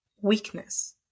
weakness